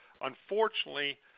unfortunately